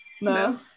No